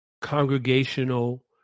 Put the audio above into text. congregational